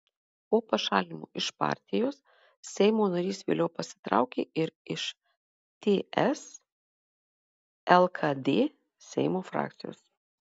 po pašalinimo iš partijos seimo narys vėliau pasitraukė ir iš ts lkd seimo frakcijos